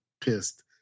pissed